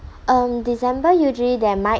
um december usually there might